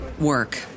work